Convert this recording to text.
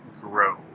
grow